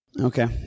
Okay